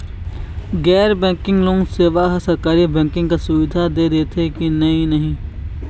गैर banking loan सेवा हा सरकारी बैंकिंग कस सुविधा दे देथे कि नई नहीं?